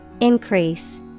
Increase